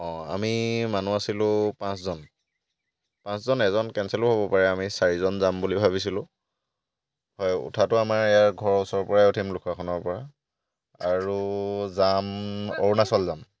অঁ আমি মানুহ আছিলো পাঁচজন পাঁচজন এজন কেনচেলো হ'ব পাৰে আমি চাৰিজন যাম বুলি ভাবিছিলো হয় উঠাতো আমাৰ ইয়াৰ ঘৰৰ ওচৰৰ পৰাই উঠিম লুকুৰাখনৰ পৰা আৰু যাম অৰুণাচল যাম